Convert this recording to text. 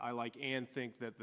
i like and think that